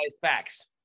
facts